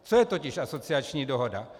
Co je totiž asociační dohoda?